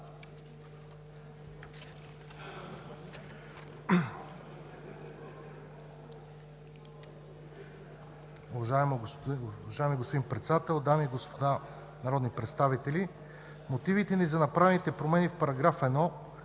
Уважаеми господин Председател, дами и господа народни представители! Мотивите ни за направените промени в § 1